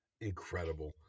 Incredible